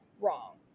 wrong